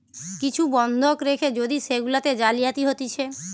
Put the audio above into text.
কিছু বন্ধক রেখে যদি সেগুলাতে জালিয়াতি হতিছে